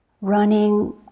running